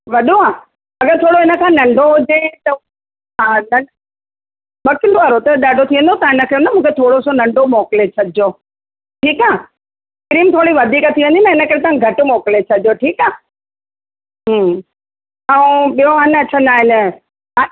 वॾो आहे अगरि थोरो हिन खां नंढो हुजे त हा न ॿ किलो वारो अथव ॾाढो थी वेंदव तव्हां हा न मूंखे थोरो सो नंढो मोकिले छॾिजो ठीकु आहे क्रीम थोरी वधीक थी वेंदी न हिन करे तव्हां घटि मोकिले छॾियो ठीकु आहे ऐं ॿियो आहे न छा चवंदा आहिनि